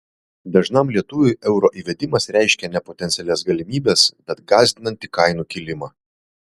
dažnam lietuviui euro įvedimas reiškia ne potencialias galimybes bet gąsdinantį kainų kilimą